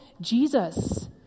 jesus